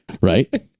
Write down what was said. right